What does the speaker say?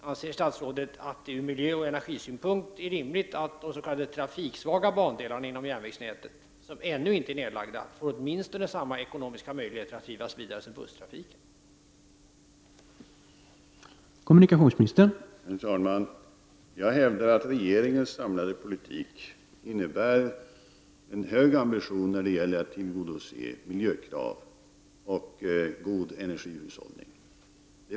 Anser statsrådet att det ur miljöoch energisynpunkt är rimligt att de s.k. trafiksvaga bandelar inom järnvägsnätet som ännu inte är nedlagda får åtminstone samma ekonomiska möjligheter som busstrafiken för att kunna drivas vidare?